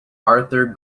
arthur